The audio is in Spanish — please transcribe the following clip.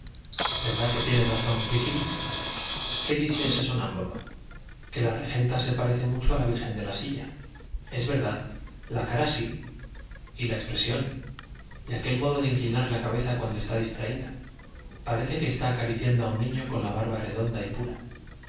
verdad que tiene razón frígilis qué dice ese sonámbulo que la regenta se parece mucho a la virgen de la silla es verdad la cara sí y la expresión y aquel modo de inclinar la cabeza cuando está distraída parece que está acariciando a un niño con la barba redonda y pura